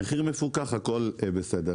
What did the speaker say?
המחיר מפוקח, הכול בסדר.